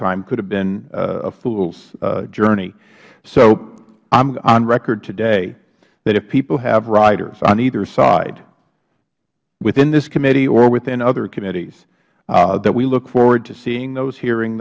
time could have been a fools journey so i am on record today that if people have riders on either side within this committee or within other committees that we look forward to seeing those hearing